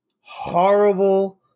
horrible